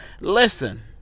Listen